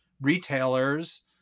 retailers